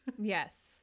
Yes